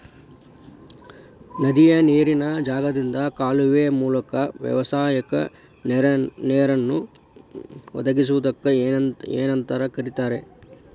ನದಿಯ ನೇರಿನ ಜಾಗದಿಂದ ಕಾಲುವೆಯ ಮೂಲಕ ವ್ಯವಸಾಯಕ್ಕ ನೇರನ್ನು ಒದಗಿಸುವುದಕ್ಕ ಏನಂತ ಕರಿತಾರೇ?